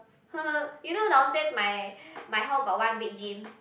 you know downstairs my my house got one big gym